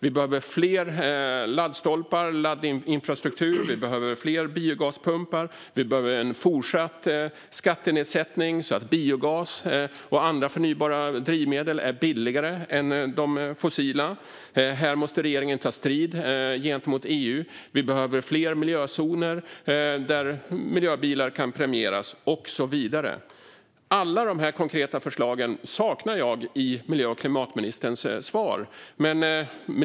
Vi behöver fler laddstolpar, större laddinfrastruktur, fler biogaspumpar och fortsatt skattenedsättning så att biogas och andra förnybara drivmedel är billigare än de fossila. Regeringen måste ta strid om detta gentemot EU. Vi behöver dessutom fler miljözoner där miljöbilar kan premieras och så vidare. Jag saknar alla dessa konkreta förslag i miljö och klimatministerns svar.